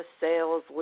sales